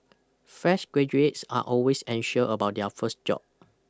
fresh graduates are always anxious about their first job